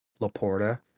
Laporta